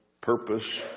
purpose